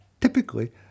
Typically